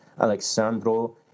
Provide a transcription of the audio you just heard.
Alexandro